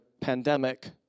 pandemic